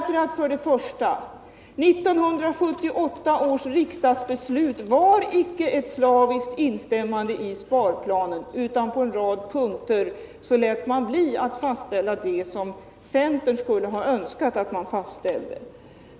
För det första var 1978 års riksdagsbeslut icke ett slaviskt instämmande i sparplanen, utan man lät på en rad punkter bli att fastställa det som centern skulle ha önskat att man fastställde.